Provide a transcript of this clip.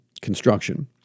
construction